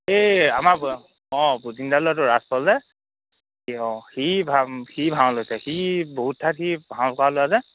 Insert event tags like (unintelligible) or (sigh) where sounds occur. এই আমাৰ (unintelligible) অঁ বুধিনদাৰ ল'ৰাটো ৰাজপল যে সি অঁ সি সি ভাও লৈছে সি বহুত ঠাইত সি ভাও কৰা ল'ৰা যে